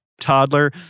toddler